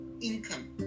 income